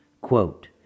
quote